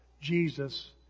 Jesus